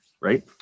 right